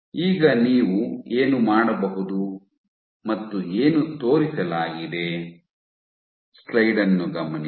ಈಗ ನೀವು ಏನು ಮಾಡಬಹುದು ಮತ್ತು ಏನು ತೋರಿಸಲಾಗಿದೆ